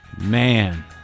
Man